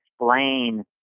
explain